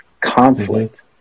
conflict